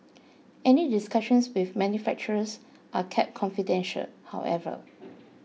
any discussions with manufacturers are kept confidential however